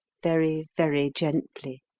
very, very gently,